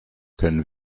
können